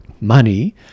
Money